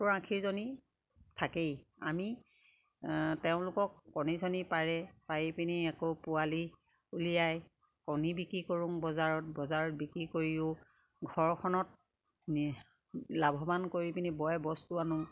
সত্তৰ আশীজনী থাকেই আমি তেওঁলোকক কণী চনি পাৰে পাৰি পিনি আকৌ পোৱালি উলিয়াই কণী বিক্ৰী কৰোঁ বজাৰত বজাৰত বিক্ৰী কৰিও ঘৰখনত লাভৱান কৰি পিনি বয় বস্তু আনো